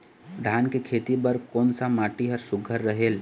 धान के खेती बर कोन सा माटी हर सुघ्घर रहेल?